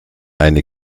eine